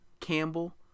Campbell